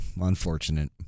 unfortunate